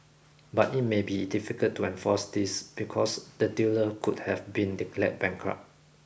but it may be difficult to enforce this because the dealer could have been declared bankrupt